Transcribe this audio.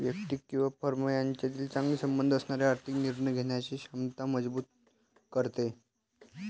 व्यक्ती किंवा फर्म यांच्यात चांगले संबंध असणे आर्थिक निर्णय घेण्याची क्षमता मजबूत करते